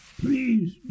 Please